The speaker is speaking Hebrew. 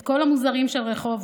את כל המוזרים של רחובות,